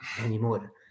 anymore